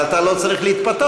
אבל אתה לא צריך להתפתות.